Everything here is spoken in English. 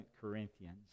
Corinthians